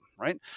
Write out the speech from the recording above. right